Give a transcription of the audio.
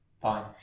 Fine